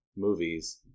movies